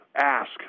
ask